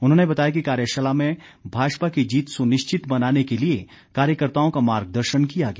उन्होंने बताया कि कार्यशाला में भाजपा की जीत सुनिश्चित बनाने के लिए कार्यकर्ताओं का मार्गदर्शन किया गया